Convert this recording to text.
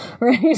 Right